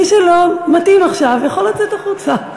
מי שלא מתאים לו עכשיו, יכול לצאת החוצה.